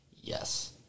Yes